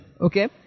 Okay